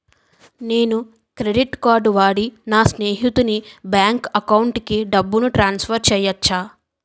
నేను credit card వాడి నా స్నేహితుని బ్యాంక్ అకౌంట్ కి డబ్బును ట్రాన్సఫర్ చేయచ్చా?